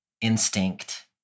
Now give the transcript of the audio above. instinct